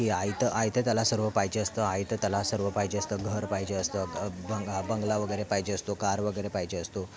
की आयतं आयतं त्याला सर्व पाहिजे असतं आयतं त्याला सर्व पाहिजे असतं घर पाहिजे असतं ब बंगला वगैरे पाहिजे असतो कार वगैरे पाहिजे असतो